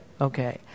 Okay